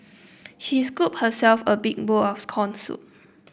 she scooped herself a big bowl of scorn soup